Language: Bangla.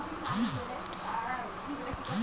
গোল্ড লোন এর জইন্যে কতো টাকা ইনকাম থাকা দরকার?